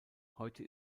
heute